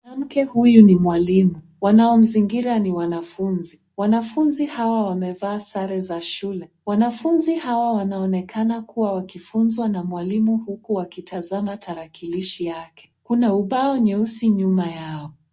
Mwanamke huyu ni mwalimu. Wanaomzingira ni wanafunzi. Wanafunzi hawa wamevaa sare za shule. Wanafunzi hawa wanaonekana kuwa wakifunzwa na mwalimu huku wakitazama tarakilishi yake. Kuna ubao nyeusi nyuma yao.